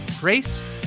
grace